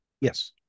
Yes